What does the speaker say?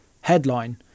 headline